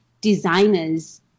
designers